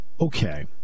Okay